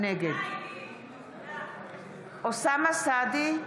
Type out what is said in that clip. נגד אוסאמה סעדי,